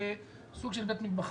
זה סוג של בית מטבחיים.